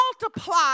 multiply